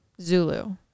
Zulu